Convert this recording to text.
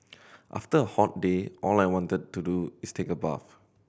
after a hot day all I want to do is take a bath